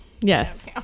Yes